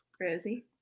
Rosie